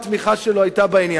היתה תמיכה שלו בעניין,